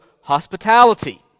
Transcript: hospitality